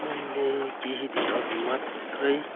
मैले केही दिन अघि मात्रै